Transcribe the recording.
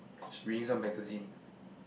she reading some magazine